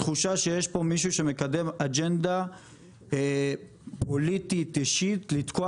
תחושה שיש פה מישהו שמקדם אג'נדה פוליטית אישית לתקוע